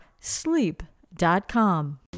sleep.com